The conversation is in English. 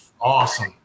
awesome